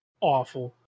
awful